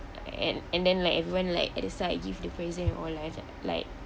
and and then like everyone like at the side give the present and all like like